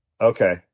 okay